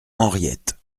henriette